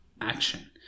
action